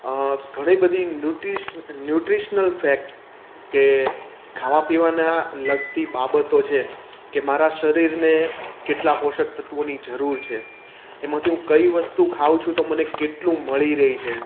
ઘણી બધી nutritional facts કે ખાવા પીવાનાં લગતી બાબતો છે કે મારા શરીરને કેટલાં પોષક તત્વોની જરૂર છે એમાંથી હું કઈ વસ્તુ ખાઉં છું તો મને કેટલું મળી રહે છે